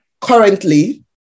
currently